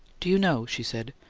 do you know, she said,